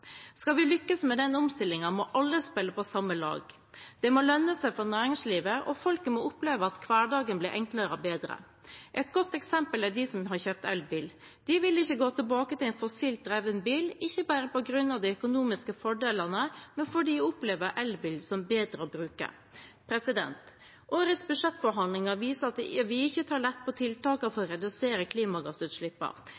Skal vi lykkes med den omstillingen, må alle spille på samme lag. Det må lønne seg for næringslivet, og folket må oppleve av hverdagen blir enklere og bedre. Et godt eksempel er de som har kjøpt elbil. De vil ikke gå tilbake til en fossilt drevet bil – ikke bare på grunn av de økonomiske fordelene, men fordi de opplever elbil som bedre å bruke. Årets budsjettforhandlinger viser at vi ikke tar lett på tiltakene for